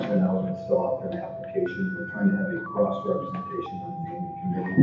still out there, the applications. we're trying to have a crossroads invitation on the naming